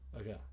Okay